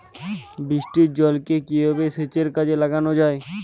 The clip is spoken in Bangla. বৃষ্টির জলকে কিভাবে সেচের কাজে লাগানো যায়?